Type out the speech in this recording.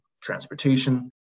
transportation